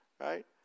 Right